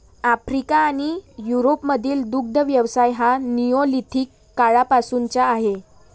Africa आणि युरोपमधील दुग्ध व्यवसाय हा निओलिथिक काळापासूनचा आहे